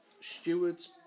stewards